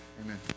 Amen